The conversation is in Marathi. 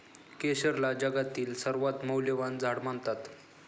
केशरला जगातील सर्वात मौल्यवान झाड मानतात